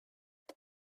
but